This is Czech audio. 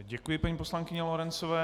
Děkuji paní poslankyni Lorencové.